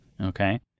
Okay